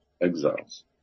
exiles